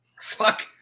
Fuck